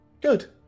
good